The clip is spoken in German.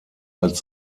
als